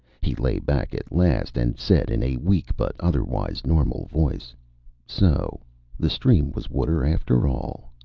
he lay back at last, and said in a weak but otherwise normal voice so the stream was water after all.